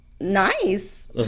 nice